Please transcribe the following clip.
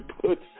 put